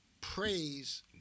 praise